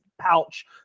pouch